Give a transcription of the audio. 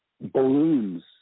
Balloons